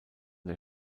der